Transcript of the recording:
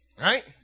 Right